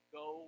go